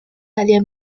área